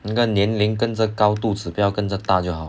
你的年龄跟着高度指标跟着大就好